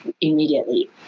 immediately